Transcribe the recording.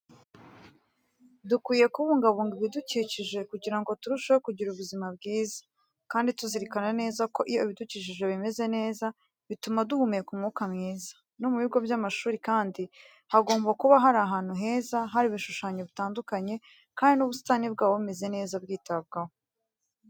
Dukwiye kubungabunga ibidukikije kugira ngo turusheho kugira ubuzima bwiza, kandi tuzirikana neza ko iyo ibidukikijwe bimeze neza bituma duhumeka umwuka mwiza. No mu bigo by'amashuri kandi hagomba kuba ari ahantu heza, hari ibishushanyo bitandukanye kandi n'ubusitani bwaho bumeze neza bwitabwaho.